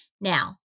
Now